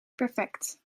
perfect